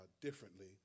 differently